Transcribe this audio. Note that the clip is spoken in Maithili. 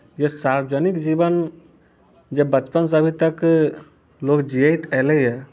जे सार्वजनिक जीवन जे बचपनसे अभी तक लोक जीयैत एलैए